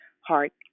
heart